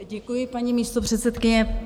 Děkuji, paní místopředsedkyně.